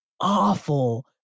awful